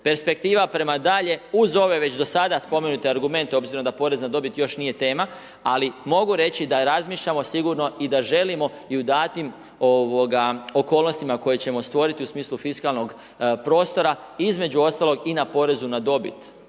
Perspektiva prema dalje, uz ove već do sada spomenute argumente, obzirom da porez na dobit još nije tema, ali mogu reći da razmišljamo sigurno i da želimo i u datim okolnostima koje ćemo stvoriti u smislu fiskalnog prostora, između ostalog i na porezu na dobit